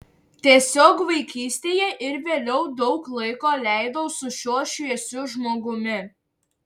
tiesiog vaikystėje ir vėliau daug laiko leidau su šiuo šviesiu žmogumi